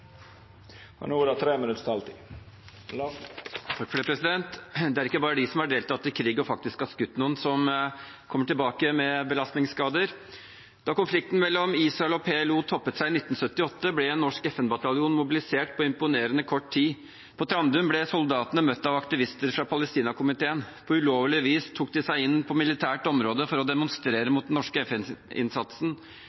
har ei taletid på inntil 3 minutt. Det er ikke bare de som har deltatt i krig og faktisk har skutt noen, som kommer tilbake med belastningsskader. Da konflikten mellom Israel og PLO toppet seg i 1978, ble en norsk FN-bataljon mobilisert på imponerende kort tid. På Trandum ble soldatene møtt av aktivister fra Palestinakomiteen. På ulovlig vis tok de seg inn på militært område for å demonstrere